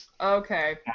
Okay